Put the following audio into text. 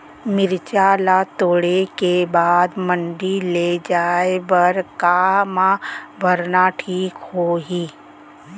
मिरचा ला तोड़े के बाद मंडी ले जाए बर का मा भरना ठीक होही?